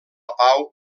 pau